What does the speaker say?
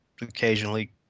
occasionally